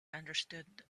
understood